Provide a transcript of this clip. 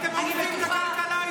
אתם הורסים את כלכלת ישראל.